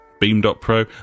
Beam.pro